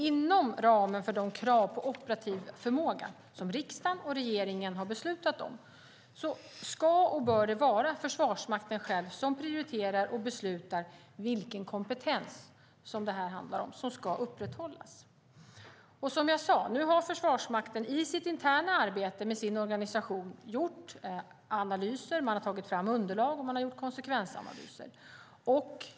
Inom ramen för de krav på operativ förmåga som riksdagen och regeringen har beslutat om ska och bör Försvarsmakten själv prioritera och besluta om vilken kompetens som ska upprätthållas. Nu har Försvarsmakten i sitt interna arbete med sin organisation gjort analyser, tagit fram underlag och gjort konsekvensanalyser.